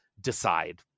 decide